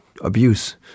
abuse